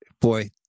boy